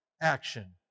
action